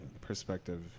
perspective